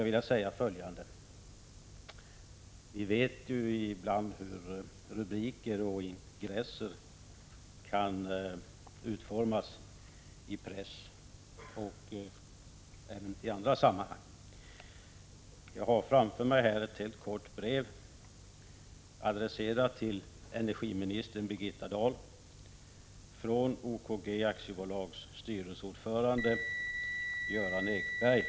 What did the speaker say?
Vi vet ju hur rubriker och ingresser ibland kan utformas i pressen och även i andra sammanhang. Jag har framför mig ett kort brev, adresserat till energiminister Birgitta Dahl, från OKG AB:s styrelseordförande Göran Ekberg.